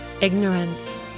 ignorance